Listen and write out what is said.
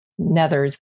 nethers